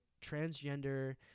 transgender